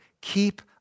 keep